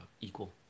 equal